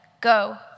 Go